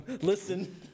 listen